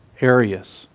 areas